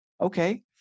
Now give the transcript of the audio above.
Okay